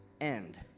end